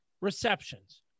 receptions